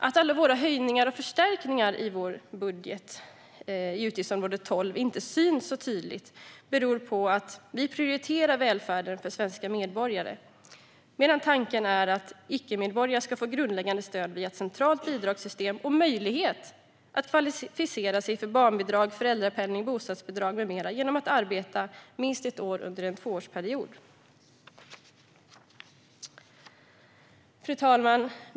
Att alla höjningar och förstärkningar i vårt budgetförslag inte tydligt syns inom utgiftsområde 12 beror på att vi prioriterar välfärden för svenska medborgare. Tanken är att icke-medborgare ska få grundläggande stöd via ett centralt bidragssystem och möjlighet att kvalificera sig för barnbidrag, föräldrapenning, bostadsbidrag med mera genom att arbeta minst ett år under en tvåårsperiod. Fru talman!